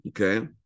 okay